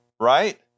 right